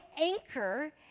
anchor